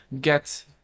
get